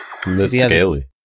Scaly